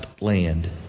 land